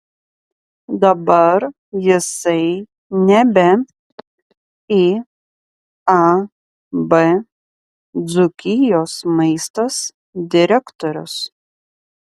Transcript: dabar jisai nebe iab dzūkijos maistas direktorius